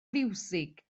fiwsig